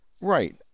Right